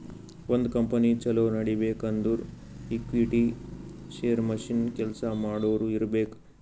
ಒಂದ್ ಕಂಪನಿ ಛಲೋ ನಡಿಬೇಕ್ ಅಂದುರ್ ಈಕ್ವಿಟಿ, ಶೇರ್, ಮಷಿನ್, ಕೆಲ್ಸಾ ಮಾಡೋರು ಇರ್ಬೇಕ್